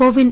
CoWIN